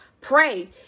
Pray